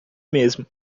mesmo